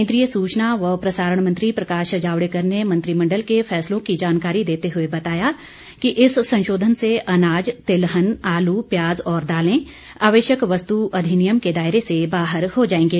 केंद्रीय सूचना व प्रसारण मंत्री प्रकाश जावडेकर ने मंत्रिमंडल के फैसलों की जानकारी देते हुए बताया कि इस संशोधन से अनाज तिलहन आलू प्याज और दालें आवश्यक वस्तु अधिनियम के दायरे से बाहर हो जाएंगे